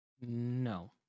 No